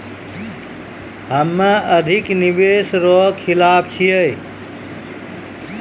हम्मे अधिक निवेश रो खिलाफ छियै